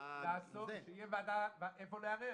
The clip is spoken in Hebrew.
שתהיה ועדה שאליה אפשר לערער.